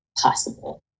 possible